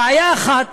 בעיה אחת,